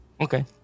okay